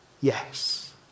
Yes